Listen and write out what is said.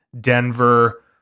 Denver